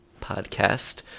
podcast